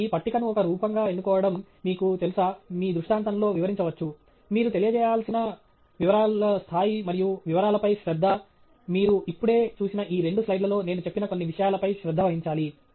కాబట్టి పట్టికను ఒక రూపంగా ఎన్నుకోవడం మీకు తెలుసా మీ దృష్టాంతం లో వివరించవచ్చు మీరు తెలియచేయాల్సిన వివరాల స్థాయి మరియు వివరాలపై శ్రద్ధ మీరు ఇప్పుడే చూసిన ఈ రెండు స్లైడ్లలో నేను చెప్పిన కొన్ని విషయాల పై శ్రద్ద వహించాలి